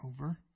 over